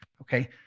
Okay